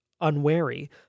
unwary